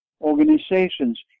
organizations